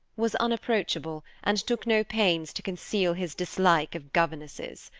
was unapproachable, and took no pains to conceal his dislike of governesses.